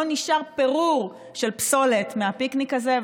לא נשאר פירור של פסולת מהפיקניק הזה,